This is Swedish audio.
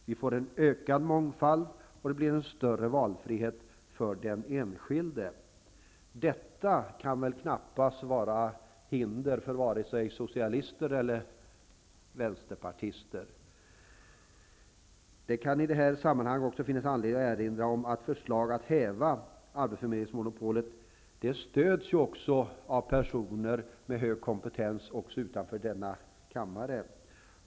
Vi får en ökad mångfald och den enskilde får en större valfrihet. Detta kan väl knappast vara hinder för vare sig socialister eller vänsterpartister. Det kan i detta sammanhang finnas anledning att erinra om att förslaget om att häva arbetsförmedlingsmonopolet stöds av personer med hög kompetens också utanför denna kammare.